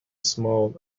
small